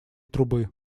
трубы